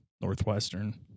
Northwestern